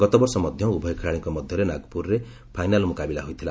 ଗତବର୍ଷ ମଧ୍ୟ ଉଭୟ ଖେଳାଳିଙ୍କ ମଧ୍ୟରେ ନାଗପୁରରେ ଫାଇନାଲ୍ ମୁକାବିଲା ହୋଇଥିଲା